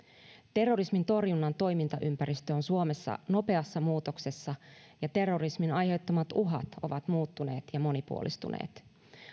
terrorismin torjunnan toimintaympäristö on suomessa nopeassa muutoksessa ja terrorismin aiheuttamat uhat ovat muuttuneet ja monipuolistuneet